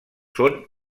són